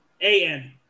A-N